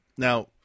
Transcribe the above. Now